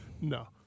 no